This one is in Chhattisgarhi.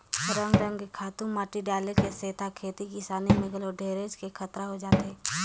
रंग रंग के खातू माटी डाले के सेथा खेती किसानी में घलो ढेरेच के खतरा होय जाथे